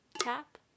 Tap